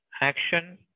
action